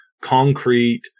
concrete